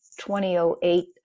2008